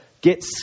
get